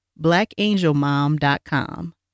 BlackAngelMom.com